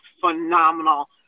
phenomenal